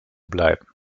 bleiben